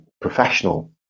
professional